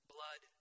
Blood